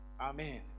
Amen